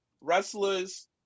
wrestlers